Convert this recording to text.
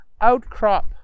outcrop